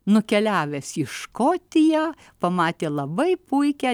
nukeliavęs į škotiją pamatė labai puikią